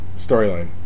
storyline